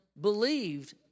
believed